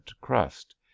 crust